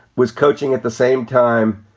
was coaching at the same time,